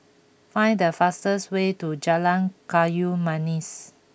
find the fastest way to Jalan Kayu Manis